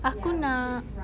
aku nak